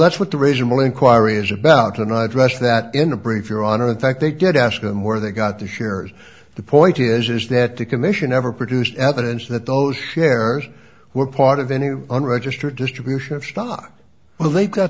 that's what the original inquiry is about and i dressed that in a brief your honor in fact they get asked them where they got the shares the point is is that the commission ever produced evidence that those shares were part of any unregistered distribution of stock well they've got